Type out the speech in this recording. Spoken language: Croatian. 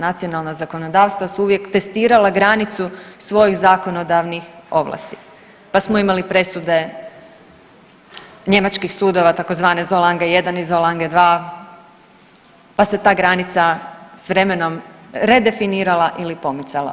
Nacionalna zakonodavstva su uvijek testirala granicu svojih zakonodavnih ovlasti, pa smo imali presude njemačkih sudova tzv. Solange I i Solange II, pa se ta granica s vremenom redefinirala ili pomicala.